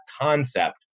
concept